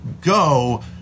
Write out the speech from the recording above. go